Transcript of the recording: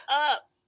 up